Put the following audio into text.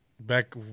Back